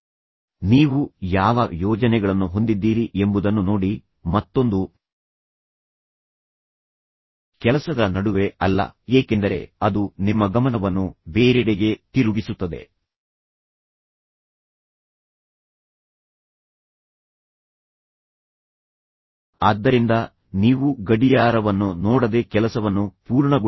ಮತ್ತು ನಂತರ ನೀವು ಯಾವ ಯೋಜನೆಗಳನ್ನು ಹೊಂದಿದ್ದೀರಿ ಮತ್ತು ನಂತರ ನೀವು ಅದರ ಬಗ್ಗೆ ಏನು ಮಾಡಬಹುದು ಎಂಬುದನ್ನು ನೋಡಿ ಮತ್ತೊಂದು ಕೆಲಸದ ನಡುವೆ ಅಲ್ಲ ಏಕೆಂದರೆ ಅದು ನಿಮ್ಮ ಗಮನವನ್ನು ಬೇರೆಡೆಗೆ ತಿರುಗಿಸುತ್ತದೆ ಆದ್ದರಿಂದ ನೀವು ಗಡಿಯಾರವನ್ನು ನೋಡದೆ ಕೆಲಸವನ್ನು ಪೂರ್ಣಗೊಳಿಸಿರಿ